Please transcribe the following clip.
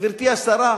גברתי השרה,